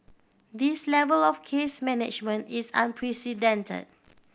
this level of case management is unprecedented